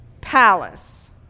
palace